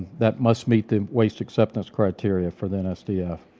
that must meet the waste acceptance criteria for the nsdf.